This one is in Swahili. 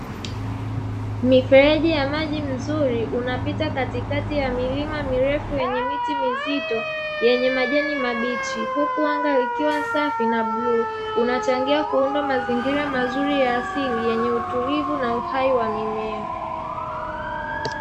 Mifereji ya maji mzuri unapita katikati ya milima mirefu yenye miti mizito yenye majani mabichi, huku anga likiwa safi na bluu; unachangia kuunda mazingira mazuri ya asili yenye utulivu na uhai wa mimea.